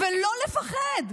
ולא לפחד.